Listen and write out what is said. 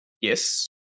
Yes